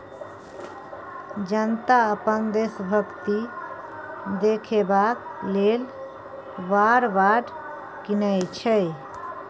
जनता अपन देशभक्ति देखेबाक लेल वॉर बॉड कीनय छै